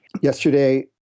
yesterday